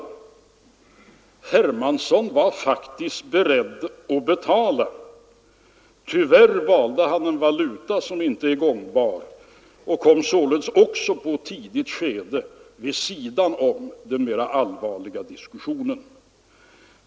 Herr Hermansson var faktiskt beredd att betala. Tyvärr valde han en valuta som inte är gångbar och kom således också på ett tidigt skede vid sidan om den mera allvarliga diskussionen.